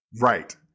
Right